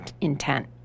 intent